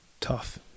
Tough